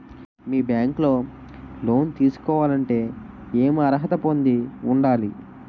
మీ bank లో loan తీసుకోవాలంటే ఎం అర్హత పొంది ఉండాలి?